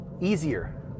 easier